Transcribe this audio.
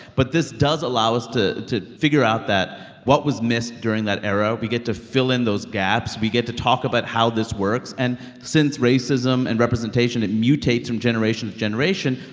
but this does allow us to to figure out that what was missed during that era. we get to fill in those gaps. we get to talk about how this works. and since racism and representation it mutates from generation to generation,